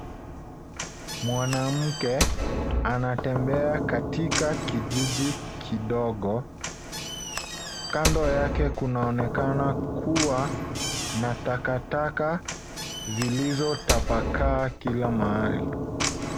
Mwanamke anatembea katika kijiji kidogo. Kando yake kunaonekana kuwa na takataka zilizotapakaa kila mahali.